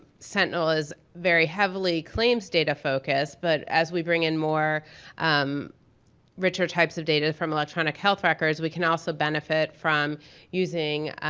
sentinel is very heavily claims data focused but as we bring in more richer types of data from electronic health records we can also benefit from using